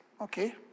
Okay